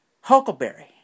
Huckleberry